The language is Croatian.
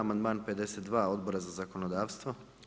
Amandman 52, Odbora za zakonodavstvo.